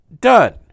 done